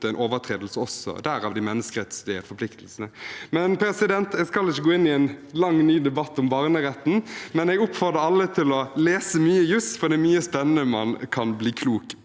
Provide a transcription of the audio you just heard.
mot overtredelse av de menneskerettslige forpliktelsene. Jeg skal ikke gå inn i en lang, ny debatt om barneretten, men jeg oppfordrer alle til å lese juss, for det er mye spennende man kan bli klok